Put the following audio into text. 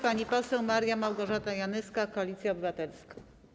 Pani poseł Maria Małgorzata Janyska, Koalicja Obywatelska.